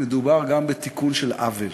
מדובר גם בתיקון של עוול,